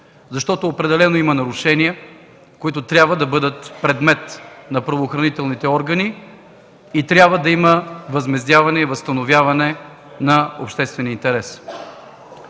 защото определено има нарушения, които трябва да бъдат предмет на правоохранителните органи и трябва да има възмездяване и възстановяване на обществения интерес.